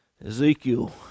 Ezekiel